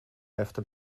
efter